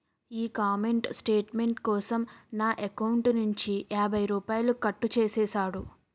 ఈ comment statement కోసం నా ఎకౌంటు నుంచి యాభై రూపాయలు కట్టు చేసేసాడు